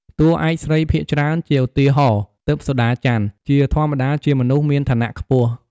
តួឯកស្រីភាគច្រើន ជាឧទាហរណ៍ ទិព្វសូដាច័ន្ទ ជាធម្មតាជាមនុស្សមានឋានៈខ្ពស់។